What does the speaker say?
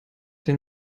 den